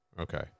Okay